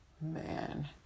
man